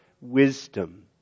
wisdom